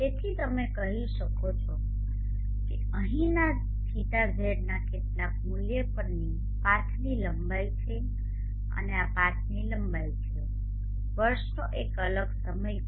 તેથી તમે કહી શકો છો કે અહીંના θz ના કેટલાક મૂલ્ય પરની પાથની લંબાઈ છે અને આ પાથની લંબાઈ છે વર્ષનો એક અલગ સમય છે